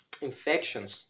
Infections